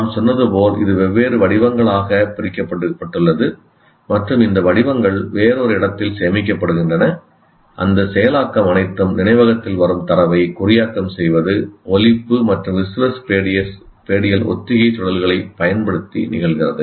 நாம் சொன்னது போல் இது வெவ்வேறு வடிவங்களாகப் பிரிக்கப்பட்டுள்ளது மற்றும் இந்த வடிவங்கள் வேறொரு இடத்தில் சேமிக்கப்படுகின்றன அந்த செயலாக்கம் அனைத்தும் நினைவகத்தில் வரும் தரவை குறியாக்கம் செய்வது ஒலிப்பு மற்றும் விசுவஸ்பேடியல் ஒத்திகை சுழல்களைப் பயன்படுத்தி நிகழ்கிறது